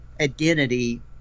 identity